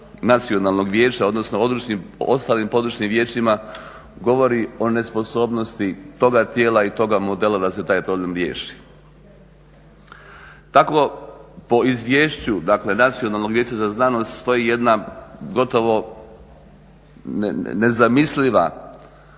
Nacionalnog vijeća, odnosno ostalim Područnim vijećima govori o nesposobnosti toga tijela i toga modela da se taj problem riješi. Tako po izvješću, dakle Nacionalnog vijeća za znanost stoji jedna gotovo nezamisliva